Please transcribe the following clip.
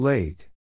Late